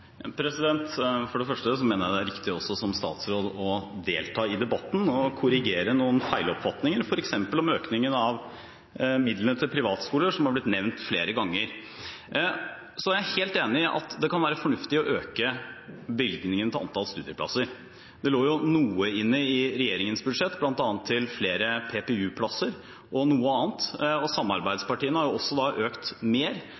For det første mener jeg det er riktig også som statsråd å delta i debatten og korrigere noen feiloppfatninger, f.eks. om økningen av midlene til privatskoler, som er blitt nevnt flere ganger. Så er jeg helt enig i at det kan være fornuftig å øke bevilgningen til antall studieplasser. Det lå jo noe inne i regjeringens budsjett, bl.a. til flere PPU-plasser og noe annet, og samarbeidspartiene har også økt mer,